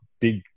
big